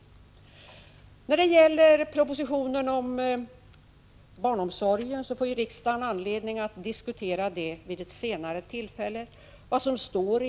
Riksdagen får anledning att vid ett senare tillfälle diskutera propositionen om barnomsorg.